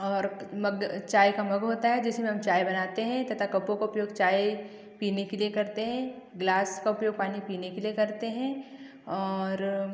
और मग चाय का मग होता जिसमें हम चाय बनाते हैं तथा कपों का प्रयोग चाय पीने के लिए करते हैं ग्लास का उपयोग पानी पीने के लिए करते हैं और